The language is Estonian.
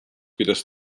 kuidas